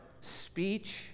speech